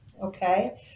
Okay